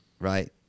Right